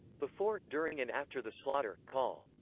before, during and after the slaughter, col.